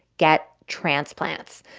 get transplants.